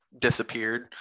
disappeared